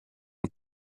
und